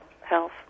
health